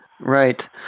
Right